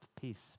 peace